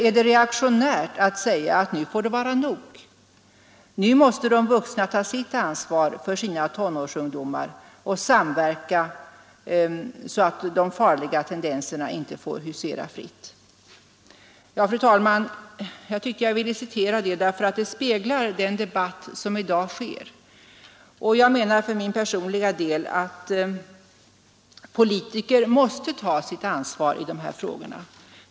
Är det reaktionärt att säga att nu får det vara nog nu måste de vuxna ta sitt ansvar för sina tonårsungdomar och samverka till att de farliga tendenserna inte får husera fritt?” Fru talman! Jag har velat citera detta därför att det speglar den debatt som i dag förs. Jag menar för min personliga del att politikerna måste ta sitt ansvar i dessa frågor.